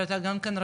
אבל אתם גם כן ,